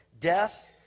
death